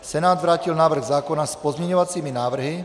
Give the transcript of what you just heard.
Senát vrátil návrh zákona s pozměňovacími návrhy.